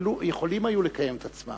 והיו יכולות לקיים את עצמן